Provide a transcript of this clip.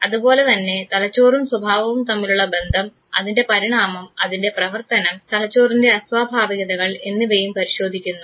അതുപോലെതന്നെ തലച്ചോറും സ്വഭാവവും തമ്മിലുള്ള ബന്ധം അതിൻറെ പരിണാമം അതിൻറെ പ്രവർത്തനം തലച്ചോറിൻറെ അസ്വാഭാവികതകൾ എന്നിവയും പരിശോധിക്കുന്നു